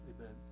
Amen